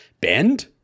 bend